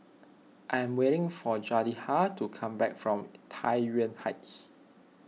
I am waiting for Jedidiah to come back from Tai Yuan Heights